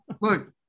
look